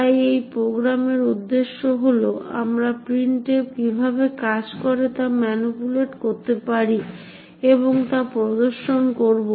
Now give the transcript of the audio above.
তাই এই প্রোগ্রামের উদ্দেশ্য হল আমরা প্রিন্টএফ কীভাবে কাজ করে তা ম্যানিপুলেট করতে পারি এবং তা প্রদর্শন করবো